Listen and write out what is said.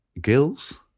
gills